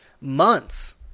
months